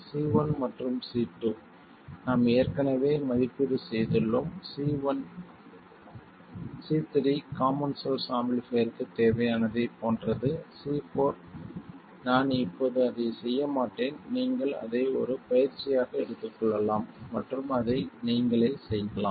C1 மற்றும் C2 நாம் ஏற்கனவே மதிப்பீடு செய்துள்ளோம் C3 காமன் சோர்ஸ் ஆம்பிளிஃபைர்க்கு தேவையானதைப் போன்றது C4 நான் இப்போது அதை செய்ய மாட்டேன் நீங்கள் அதை ஒரு பயிற்சியாக எடுத்துக் கொள்ளலாம் மற்றும் அதை நீங்களே செய்யலாம்